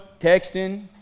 texting